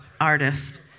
artist